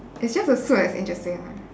it's just the soup that's interesting lah